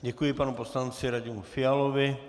Děkuji panu poslanci Radimu Fialovi.